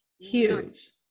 huge